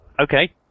Okay